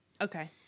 Okay